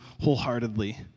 wholeheartedly